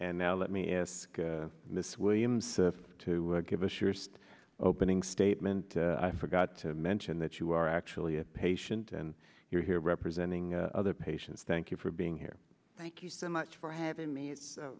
and now let me ask miss williams to give us your opening statement i forgot to mention that you are actually a patient and you're here representing other patients thank you for being here thank you so much for having me it's a